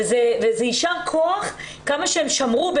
יישר כוח כמה שהם שמרו.